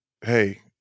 Hey